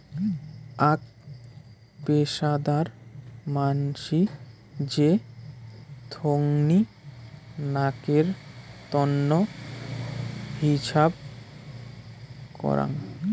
আক পেশাদার মানসি যে থোঙনি নকের তন্ন হিছাব করাং